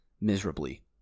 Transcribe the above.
miserably